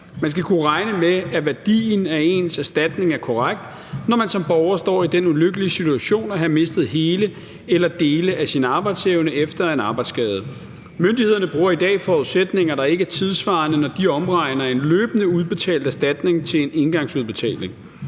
Man skal kunne regne med, at værdien af ens erstatning er korrekt, når man som borger står i den ulykkelige situation at have mistet hele eller dele af sin arbejdsevne efter en arbejdsskade. Myndighederne bruger i dag forudsætninger, der ikke er tidssvarende, når de omregner en løbende udbetalt erstatning til en engangsudbetaling.